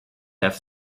have